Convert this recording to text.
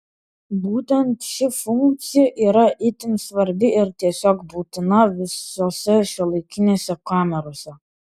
būtent ši funkcija yra itin svarbi ir tiesiog būtina visose šiuolaikinėse kamerose